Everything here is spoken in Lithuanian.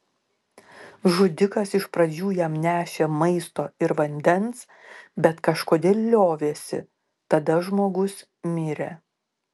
žudikas iš pradžių jam nešė maisto ir vandens bet kažkodėl liovėsi tada žmogus mirė